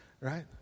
Right